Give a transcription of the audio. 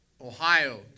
Ohio